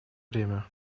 время